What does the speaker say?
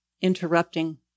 interrupting